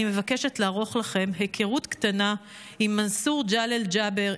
אני מבקשת לערוך לכם היכרות קטנה עם מנסור ג'לאל ג'באר,